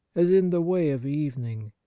as in the way of evening,